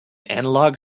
analog